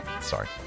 Sorry